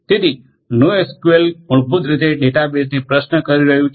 તેથી નોએસક્યુએલ મૂળભૂત રીતે ડેટાબેસેસને પ્રશ્ન કરી રહ્યું છે